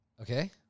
Okay